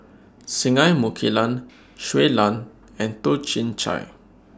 Singai Mukilan Shui Lan and Toh Chin Chye